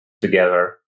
together